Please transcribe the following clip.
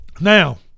Now